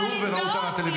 הם אכלו וראו טלוויזיה.